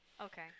Okay